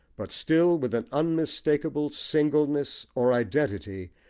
but still with an unmistakable singleness, or identity,